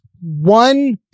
one